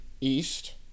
East